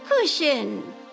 cushion